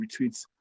retweets